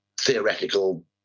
theoretical